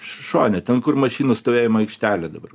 šone ten kur mašinų stovėjimo aikštelė dabar